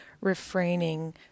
refraining